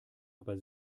aber